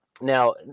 Now